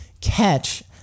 catch